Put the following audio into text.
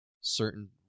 certain